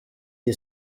iyi